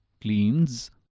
cleans